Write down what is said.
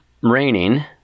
raining